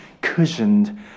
cushioned